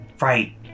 Right